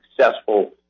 successful